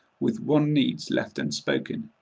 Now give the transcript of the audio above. with one needs left unspoken.